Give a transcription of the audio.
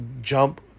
jump